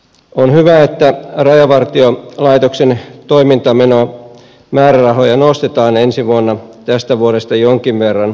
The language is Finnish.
on hyvä että rajavartiolaitoksen toimintamenomäärärahoja nostetaan ensi vuonna tästä vuodesta jonkin verran